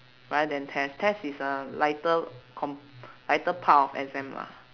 rather than test test is a lighter comp~ lighter part of exam lah